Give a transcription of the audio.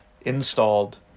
installed